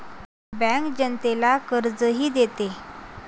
bank जनतेला कर्जही देते